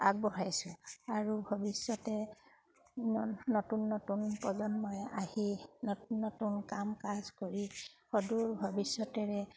আগবঢ়াইছোঁ আৰু ভৱিষ্যতে নতুন নতুন প্ৰজন্মই আহি নতুন নতুন কাম কাজ কৰি সদূৰ ভৱিষ্যতেৰে